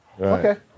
Okay